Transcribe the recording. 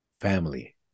family